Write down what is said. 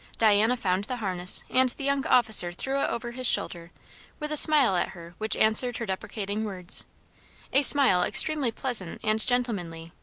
diana found the harness, and the young officer threw it over his shoulder with a smile at her which answered her deprecating words a smile extremely pleasant and gentlemanly,